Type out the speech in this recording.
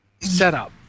setup